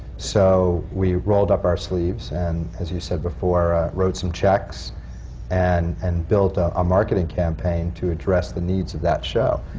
so we rolled up our sleeves, and as you said before, wrote some checks and and built a marketing campaign to address the needs of that show.